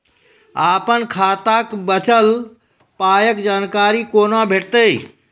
अपन खाताक बचल पायक जानकारी कूना भेटतै?